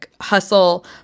Hustle